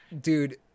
Dude